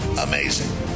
amazing